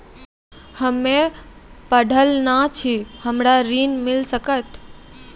हम्मे पढ़ल न छी हमरा ऋण मिल सकत?